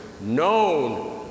known